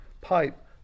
pipe